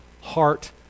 heart